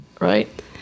Right